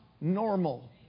normal